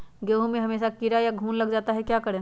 गेंहू में हमेसा कीड़ा या घुन लग जाता है क्या करें?